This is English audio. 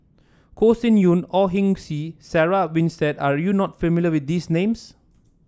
Con Sin Yun Au Hing Yee Sarah Winstedt are you not familiar with these names